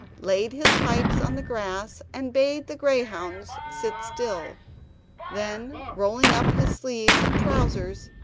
laid his pipes on the grass, and bade the greyhounds sit still then, rolling up his sleeves and trousers,